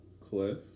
Cliff